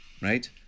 right